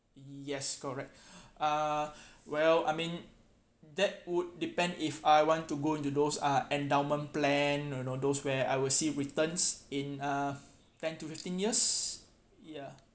yes correct uh well I mean that would depend if I want go into those uh endowment plan you know those where I will see returns in uh ten to fifteen years ya